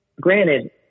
granted